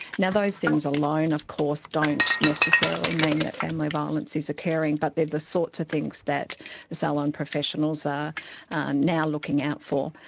now those things alone of course don't necessarily mean that family violence is occurring, but they're the sorts of things that salon professionals are and now looking out for.